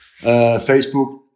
Facebook